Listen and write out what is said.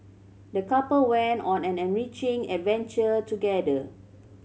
the couple went on an enriching adventure together